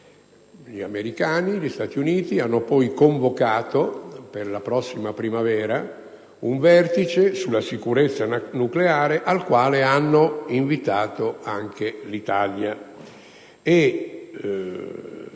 possesso. Gli Stati Uniti hanno poi convocato per la prossima primavera un vertice sulla sicurezza nucleare, al quale hanno invitato anche l'Italia.